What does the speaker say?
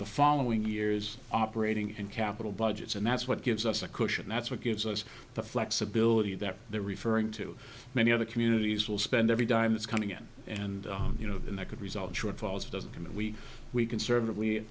the following years operating and capital budgets and that's what gives us a cushion that's what gives us the flexibility that they're referring to many of the communities will spend every dime that's coming in and you know that could result shortfalls doesn't come and we we conservative